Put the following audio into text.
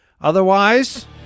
Otherwise